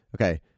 okay